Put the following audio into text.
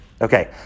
Okay